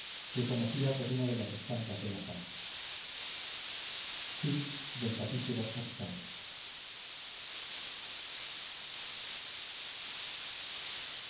que conocía por una de las estampas de la sala ii